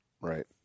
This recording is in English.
Right